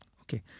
Okay